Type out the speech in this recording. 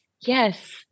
Yes